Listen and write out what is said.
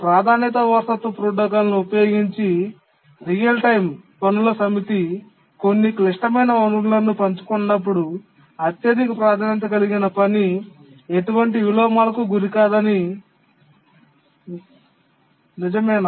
ప్రాధాన్యత వారసత్వ ప్రోటోకాల్ను ఉపయోగించి నిజ సమయ పనుల సమితి కొన్ని క్లిష్టమైన వనరులను పంచుకున్నప్పుడు అత్యధిక ప్రాధాన్యత కలిగిన పని ఎటువంటి విలోమాలకు గురికాదని నిజమేనా